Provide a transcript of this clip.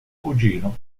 cugino